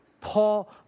Paul